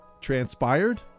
transpired